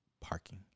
parking